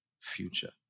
future